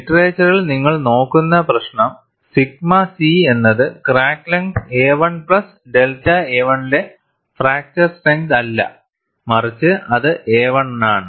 ലിറ്ററേച്ചറിൽ നിങ്ങൾ നോക്കുന്ന പ്രശ്നം സിഗ്മ C എന്നത് crack length a1 plus delta a1 ലെ ഫ്രാക്ചർ സ്ട്രെങ്ത് അല്ല മറിച്ച് അത് a1 നാണ്